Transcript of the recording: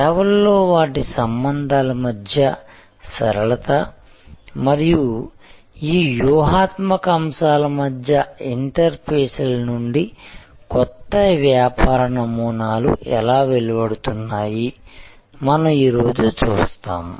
సేవల్లో వాటి సంబంధాల మధ్య సరళత మరియు ఈ వ్యూహాత్మక అంశాల మధ్య ఇంటర్ఫేస్ల నుండి కొత్త వ్యాపార నమూనాలు ఎలా వెలువడుతున్నాయి మనం ఈ రోజు చూస్తాము